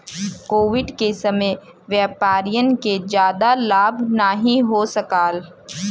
Covid के समय में व्यापारियन के जादा लाभ नाहीं हो सकाल